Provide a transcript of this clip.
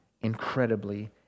incredibly